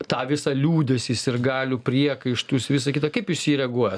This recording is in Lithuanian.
tą visą liūdesį sirgalių priekaištus visa kita kaip jūs į jį reaguoja